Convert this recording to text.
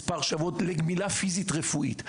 מספר שבועות לגמילה פיזית רפואית.